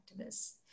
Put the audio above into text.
activists